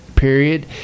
period